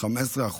של 15%,